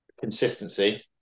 Consistency